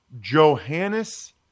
Johannes